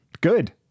Good